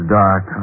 dark